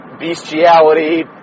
bestiality